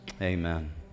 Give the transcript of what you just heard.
amen